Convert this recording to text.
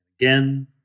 again